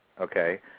Okay